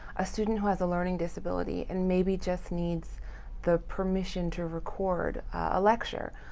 a student who has a learning disability and maybe just needs the permission to record a lecture.